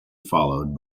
followed